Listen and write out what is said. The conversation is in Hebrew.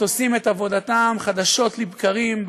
עושים את עבודתם חדשות לבקרים,